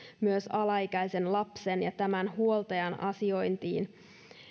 myös alaikäisen lapsen ja tämän huoltajan asiointiin